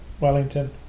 Wellington